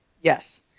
Yes